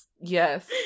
yes